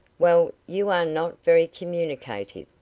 well, you are not very communicative,